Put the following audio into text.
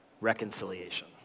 reconciliation